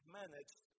managed